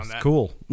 cool